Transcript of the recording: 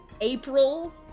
April